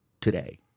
today